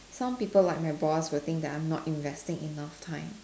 some people like my boss will think that I'm not investing enough time